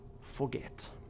forget